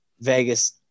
Vegas